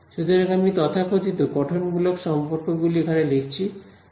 সুতরাং আমি তথাকথিত গঠনমূলক সম্পর্ক গুলি এখানে লিখছি